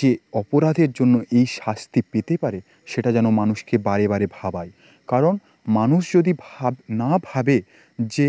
যে অপরাধের জন্য এই শাস্তি পেতে পারে সেটা যেন মানুষকে বারে বারে ভাবায় কারণ মানুষ যদি ভাব না ভাবে যে